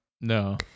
no